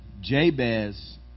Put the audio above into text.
Jabez